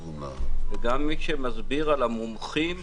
גם מי שמסביר מה המומחים אומרים,